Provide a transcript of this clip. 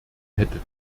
hätte